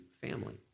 family